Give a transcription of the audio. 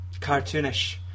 cartoonish